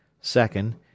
Second